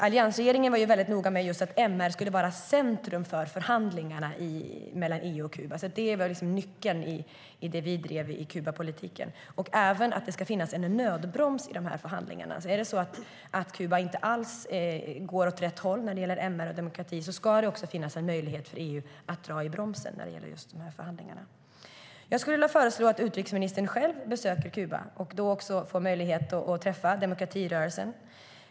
Alliansregeringen var mycket noga med att MR skulle var centrum för förhandlingarna mellan EU och Kuba. Det var liksom nyckeln i det vi drev i Kubapolitiken. Det skulle också finnas en nödbroms i förhandlingarna. Är det så att Kuba inte alls går åt rätt håll när det gäller MR och demokrati ska det finnas en möjlighet för EU att dra i bromsen när det gäller de här förhandlingarna. Jag skulle vilja föreslå att utrikesministern själv besöker Kuba och då får möjlighet att träffa demokratirörelsen.